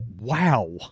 wow